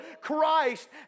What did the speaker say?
Christ